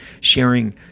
sharing